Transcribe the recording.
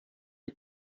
die